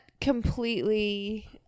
Completely